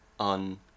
on